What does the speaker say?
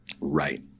Right